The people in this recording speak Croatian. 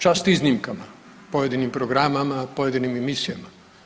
Čast iznimkama pojedinim programima, pojedinim emisijama.